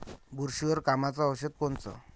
बुरशीवर कामाचं औषध कोनचं?